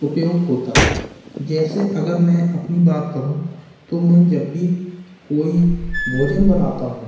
उपयोग होता है जैसे अगर मैं अपनी बात करूँ तो मैं जब भी कोई भोजन बनाता हूँ